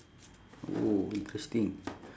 oh interesting